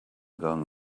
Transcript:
going